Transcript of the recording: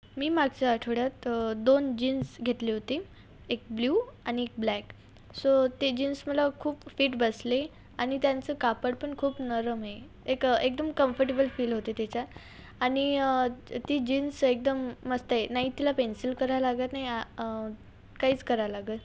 मी मागच्या आठवड्यात दोन जीन्स घेतली होती एक ब्ल्यू आणि एक ब्लॅक सो ते जीन्स मला खूप फिट बसली आणि त्यांचा कापड पण खूप नरम आहे एकं एकदम कम्फर्टेबल फील होते त्याच्यात आणि ती ती जीन्स एकदम मस्त आहे नाही तिला पेन्सिल करावं लागत नाही आ काहीच करावं लागत